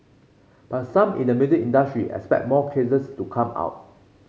but some in the music industry expect more cases to come out